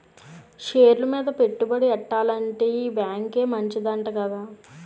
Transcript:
షేర్లు మీద పెట్టుబడి ఎట్టాలంటే ఈ బేంకే మంచిదంట కదా